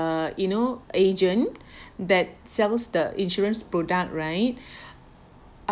uh you know agent that sells the insurance product right